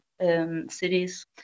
cities